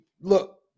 Look